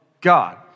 God